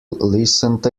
listened